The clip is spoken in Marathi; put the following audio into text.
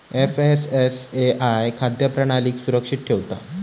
एफ.एस.एस.ए.आय खाद्य प्रणालीक सुरक्षित ठेवता